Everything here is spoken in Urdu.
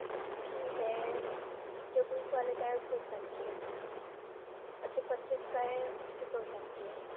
اس کی ہے جو بیس والے کا ہے اس کی ایک سال کی ہے اور جو پچیس کا ہے اس کی دو سال کی ہے